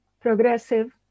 progressive